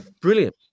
Brilliant